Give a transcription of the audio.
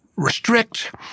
Restrict